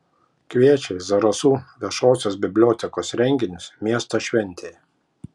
kviečia į zarasų viešosios bibliotekos renginius miesto šventėje